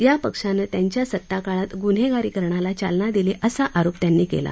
या पक्षानं त्यांच्या सत्ताकाळात गुन्हेगारी करणाला चालना दिली असा आरोप त्यांनी केला